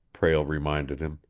prale reminded him.